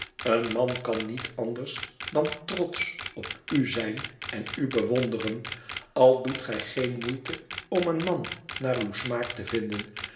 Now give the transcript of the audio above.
een man kan niet anders dan trotsch op u zijn en u bewonderen al doet gij geen moeite om een man naar uw smaak te vinden